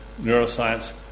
Neuroscience